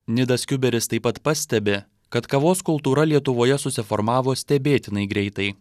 nidas kiuberis taip pat pastebi kad kavos kultūra lietuvoje susiformavo stebėtinai greitai